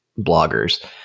bloggers